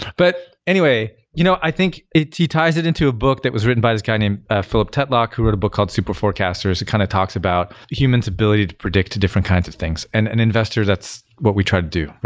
but anyway, you know i think he ties it into a book that was written by this guy named philip tatlock, who wrote a book called super forecasters that kind of talks about human's ability to predict different kinds of things. and an investor, that's why we try to do.